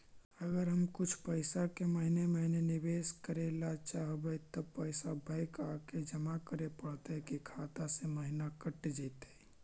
अगर हम कुछ पैसा के महिने महिने निबेस करे ल चाहबइ तब पैसा बैक आके जमा करे पड़तै कि खाता से महिना कट जितै?